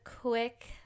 quick